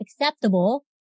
acceptable